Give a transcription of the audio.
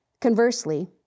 Conversely